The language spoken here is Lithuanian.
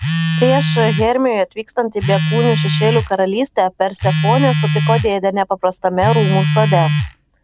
prieš hermiui atvykstant į bekūnių šešėlių karalystę persefonė sutiko dėdę nepaprastame rūmų sode